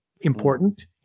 important